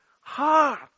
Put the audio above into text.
heart